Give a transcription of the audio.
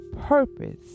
purpose